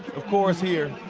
of course here,